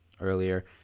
earlier